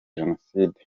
jenoside